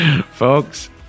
Folks